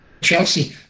Chelsea